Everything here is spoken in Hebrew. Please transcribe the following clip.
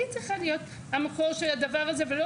היא צריכה להיות המקור של הדבר הזה ולא